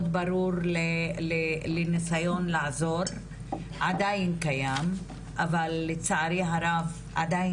ברור לנסיון לעזור עדיין קיים אבל לצערי הרב עדיין